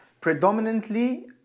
predominantly